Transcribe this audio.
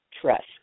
Trust